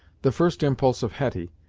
the first impulse of hetty,